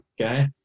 okay